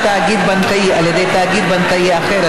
תאגיד בנקאי על ידי תאגיד בנקאי אחר),